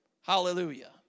Hallelujah